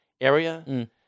area